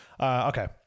Okay